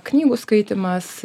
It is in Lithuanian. knygų skaitymas